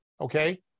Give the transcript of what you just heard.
okay